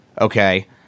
Okay